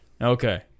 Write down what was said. Okay